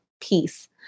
peace